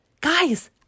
Guys